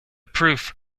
proof